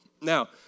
Now